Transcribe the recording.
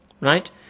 Right